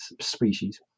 species